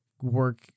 work